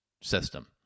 system